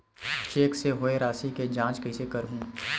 Cheque से होए राशि के जांच कइसे करहु?